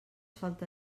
falta